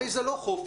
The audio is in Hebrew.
הרי זה לא חופש,